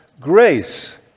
grace